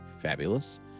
Fabulous